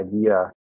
idea